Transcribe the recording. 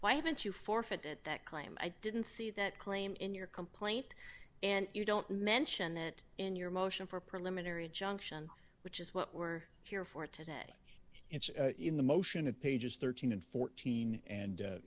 why haven't you forfeited that claim i didn't see that claim in your complaint and you don't mention it in your motion for a preliminary injunction which is what we're here for today and in the motion of pages thirteen and fourteen and